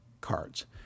cards